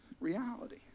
reality